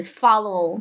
follow